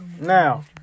Now